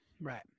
right